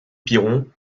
piron